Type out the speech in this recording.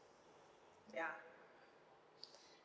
ya